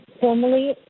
formally